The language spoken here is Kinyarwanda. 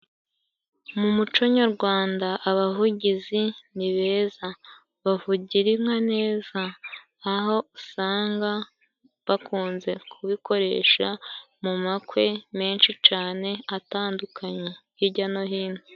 Mu muco nyarwanda abavugizi ni beza, bavugira inka neza aho usanga bakunze kubikoresha, mu makwe menshi cane atandukanye hijya no hino.